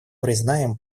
признаем